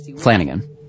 Flanagan